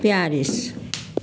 Paris